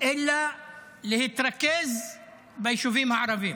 אלא להתרכז ביישובים הערביים.